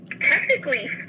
technically